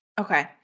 okay